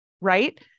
right